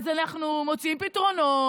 אז אנחנו מוצאים פתרונות,